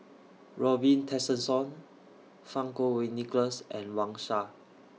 Robin Tessensohn Fang Kuo Wei Nicholas and Wang Sha